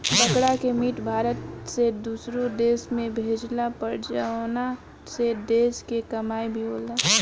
बकरा के मीट भारत से दुसरो देश में भेजाला पर जवना से देश के कमाई भी होला